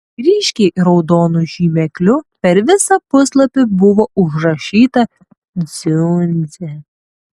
ryškiai raudonu žymekliu per visą puslapį buvo užrašyta dziundzė